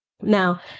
Now